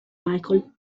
michael